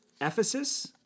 Ephesus